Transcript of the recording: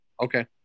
Okay